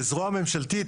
כזרוע ממשלתית,